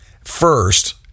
first